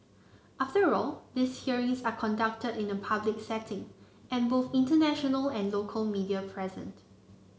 after all these hearings are conducted in a public setting and both international and local media present